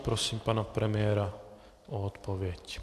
Prosím pana premiéra o odpověď.